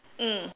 mm